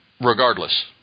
regardless